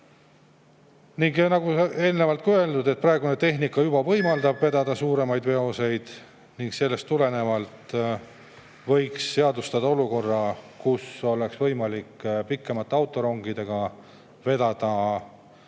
Nagu eelnevalt öeldud, praegune tehnika võimaldab vedada suuremaid veoseid. Sellest tulenevalt võiks seadustada olukorra, et oleks võimalik pikemate autorongidega vedada suurema